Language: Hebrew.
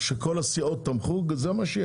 שכל הסיעות תמכו, זה מה שיהיה.